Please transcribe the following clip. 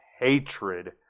hatred